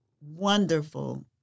wonderful